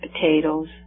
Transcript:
potatoes